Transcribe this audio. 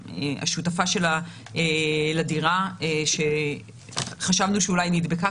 השותפה שלה לדירה שחשבנו שאולי היא נדבקה.